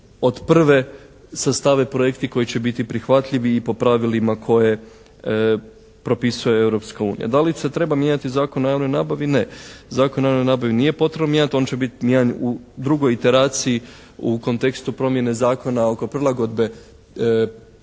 od prve sastave projekti koji će biti prihvatljivi i po pravilima koje propisuje Europska unija. Da li se treba mijenjati Zakon o javnoj nabavi? Ne. Zakon o javnoj nabavi nije potrebno mijenjati. On će biti mijenjan u drugoj deraciji u kontekstu promjene zakona oko prilagodbe